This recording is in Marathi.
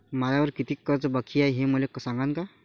मायावर कितीक कर्ज बाकी हाय, हे मले सांगान का?